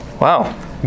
Wow